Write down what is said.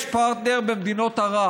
יש פרטנר במדינות ערב.